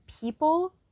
people